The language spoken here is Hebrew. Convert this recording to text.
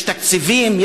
יש תקציבים,